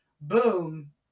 boom